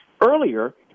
earlier